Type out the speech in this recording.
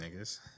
niggas